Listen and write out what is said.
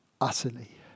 utterly